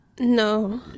no